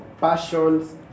passions